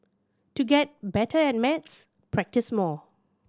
to get better at maths practise more